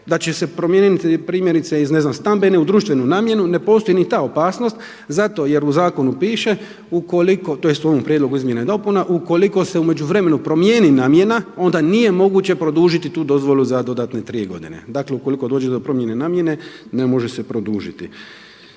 da će se promijeniti primjerice iz stambenih u društvenu namjenu ne postoji ni ta opasnost zato jer u zakonu piše tj. u ovom prijedlogu izmjena i dopuna ukoliko se u međuvremenu promijeni namjena onda nije moguće produžiti tu dozvolu za dodatne tri godine. Dakle, ukoliko dođe do promjene namjene ne može se produžiti.